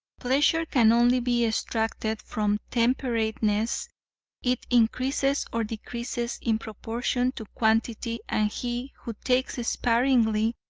pleasure can only be extracted from temperateness it increases or decreases in proportion to quantity, and he who takes sparingly,